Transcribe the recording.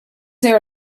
there